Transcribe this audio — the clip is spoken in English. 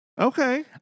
Okay